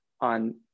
on